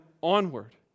onward